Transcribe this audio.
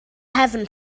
heaven